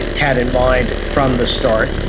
had in mind from the start,